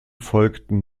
folgten